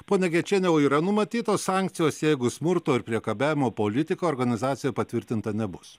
ponia gečienė yra numatytos sankcijos jeigu smurto ir priekabiavimo politiko organizacija patvirtinta nebus